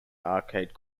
arcade